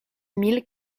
mille